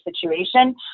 situation